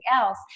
else